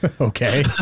Okay